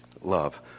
love